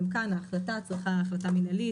גם כאן ההחלטה צריכה להיות החלטה מנהלית,